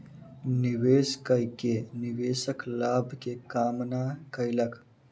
निवेश कय के निवेशक लाभ के कामना कयलक